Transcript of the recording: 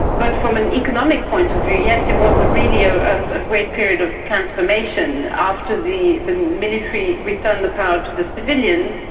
but from an economic point of view, yes, it was really a ah great period of transformation after the the military returned the power to the civilians,